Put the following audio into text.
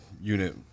unit